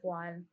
one